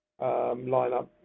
lineup